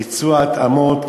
ביצוע התאמות,